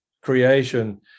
creation